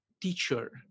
teacher